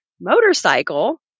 motorcycle